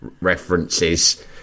references